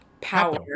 power